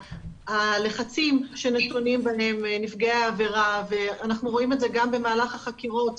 הלחצים שנתונים בהם נפגעי העבירה ואנחנו רואים את זה גם במהלך החקירות,